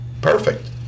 Perfect